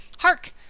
Hark